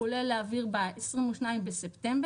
הוא עולה לאוויר ב-22 בספטמבר.